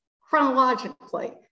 chronologically